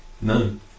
None